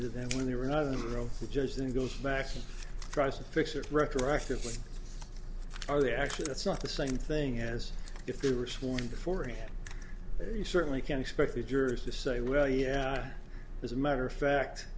to them when they were not in the room the judge then goes back and tries to fix it retroactively are they actually that's not the same thing as if they were sworn beforehand and you certainly can expect the jurors to say well yeah as a matter of fact